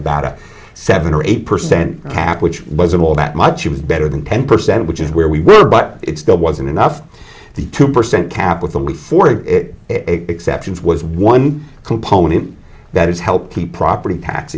about a seven or eight percent cap which wasn't all that much it was better than ten percent which is where we were but it still wasn't enough the two percent cap with the before it exceptions was one component that has helped the property tax